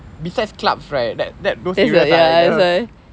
besides clubs right that that notice ya